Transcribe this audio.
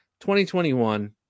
2021